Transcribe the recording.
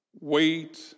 Wait